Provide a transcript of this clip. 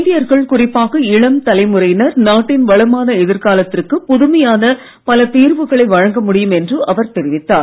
இந்தியர்கள் குறிப்பாக இளம் தலைமுறையினர் நாட்டின் வளமான எதிர்காலத்திற்கு புதுமையான பல தீர்வுகளை வழங்க முடியும் என்று அவர் தெரிவித்தார்